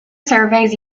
surveys